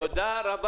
תודה.